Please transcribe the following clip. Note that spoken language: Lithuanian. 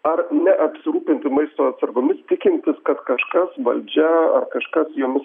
ar neapsirūpinti maisto atsargomis tikintis kad kažkas valdžia ar kažkas jomis